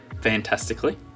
fantastically